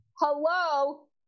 Hello